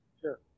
Sure